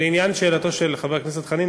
לעניין שאלתו של חבר הכנסת חנין,